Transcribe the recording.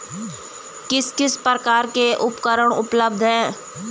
किस किस प्रकार के ऋण उपलब्ध हैं?